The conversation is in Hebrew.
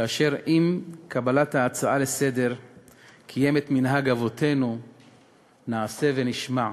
אשר עם קבלת ההצעה לסדר-היום קיים את מנהג אבותינו "נעשה ונשמע".